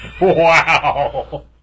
Wow